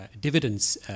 dividends